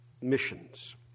missions